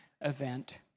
event